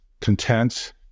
content